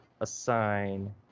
assign